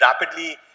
rapidly